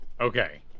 Okay